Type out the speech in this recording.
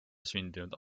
sündinud